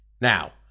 Now